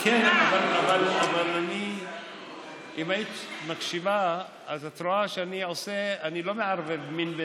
אם היית מקשיבה אז היית רואה שאני לא מערבב מין,